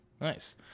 Nice